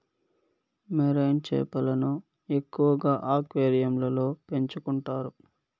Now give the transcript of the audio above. marine చేపలను ఎక్కువగా అక్వేరియంలలో పెంచుకుంటారు